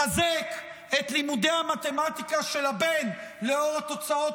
לחזק את לימודי המתמטיקה של הבן לאור התוצאות